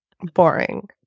boring